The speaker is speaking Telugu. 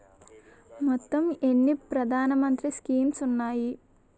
మొత్తం ఎన్ని ప్రధాన మంత్రి స్కీమ్స్ ఉన్నాయి?